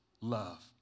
love